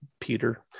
Peter